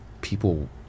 people